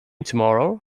tomorrow